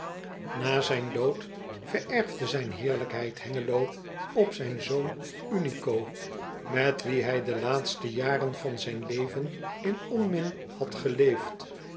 a zijn dood vererfde zijn heerlijkheid engelo op zijn zoon nico met wien hij de laatste jaren van zijn leven in onmin had geleefd